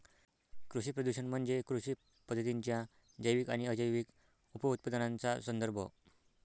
कृषी प्रदूषण म्हणजे कृषी पद्धतींच्या जैविक आणि अजैविक उपउत्पादनांचा संदर्भ